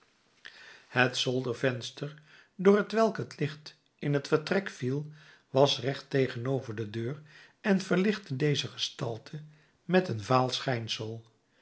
het zoldervenster door t welk het licht in het vertrek viel was recht tegenover de deur en verlichtte deze gestalte met een vaal schijnsel